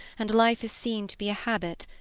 and life is seen to be a habit,